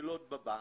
היילוד בבנק,